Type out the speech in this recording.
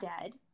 dead